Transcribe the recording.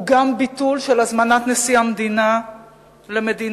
הוא גם ביטול של הזמנת נשיא המדינה למדינות,